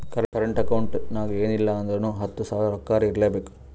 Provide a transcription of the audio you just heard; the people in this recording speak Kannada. ಕರೆಂಟ್ ಅಕೌಂಟ್ ನಾಗ್ ಎನ್ ಇಲ್ಲ ಅಂದುರ್ನು ಹತ್ತು ಸಾವಿರ ರೊಕ್ಕಾರೆ ಇರ್ಲೆಬೇಕು